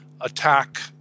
attack